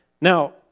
Now